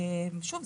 שוב,